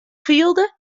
fielde